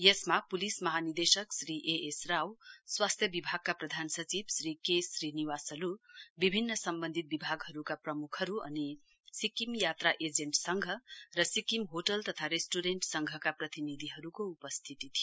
यसमा पुलिस महानिदेशक श्री एएस राव स्वास्थ्य विभागका प्रधान सचिव श्री के श्रीनिवासलु विभिन्न सम्बन्धित विभागहरुका प्रमुखहरु अनि सिक्किम यात्रा एजेन्ट संघ र सिक्किम होटल तथा रेस्टुरेण्ट संघका प्रतिनिधिहरुको उपस्थिती थियो